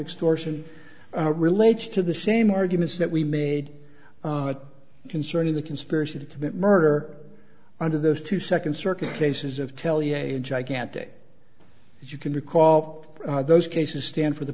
extortion relates to the same arguments that we made concerning the conspiracy to commit murder under those two second circuit cases of tell you a gigantic if you can recall of those cases stand for the